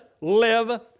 live